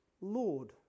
Lord